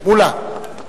מולה.